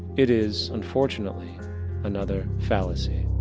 it is unfortunately another fallacy.